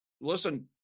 listen